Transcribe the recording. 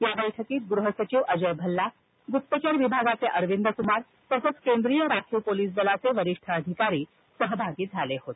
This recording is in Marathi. या बैठकीत गृह सचिव अजय भल्ला गूप्तचर विभागाचे अरविंद कुमार तसंच केंद्रीय राखीव पोलीस दलाचे वरिष्ठ अधिकारी सहभागी झाले होते